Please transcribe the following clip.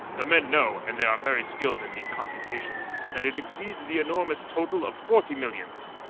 the men know and they are very skilled in these computations that it exceeds the enormous total of forty millions.